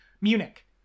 munich